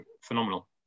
phenomenal